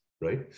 right